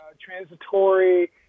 Transitory